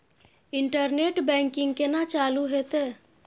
Internet banking केना चालू हेते?